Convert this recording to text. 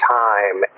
time